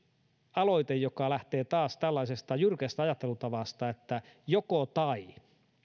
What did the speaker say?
aloite joka lähtee taas tällaisesta jyrkästä ajattelutavasta että joko tai